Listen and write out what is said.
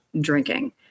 Drinking